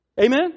Amen